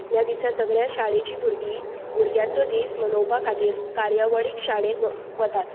ह्या दिसा सगळें शाळेचीं भुरगीं भुरग्यांचो दीस मनोवपा खातीर कार्यावळीक शाळेंत वतात